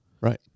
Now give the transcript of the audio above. Right